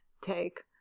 take